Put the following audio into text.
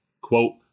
Quote